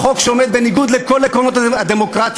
החוק שעומד בניגוד לכל עקרונות הדמוקרטיה,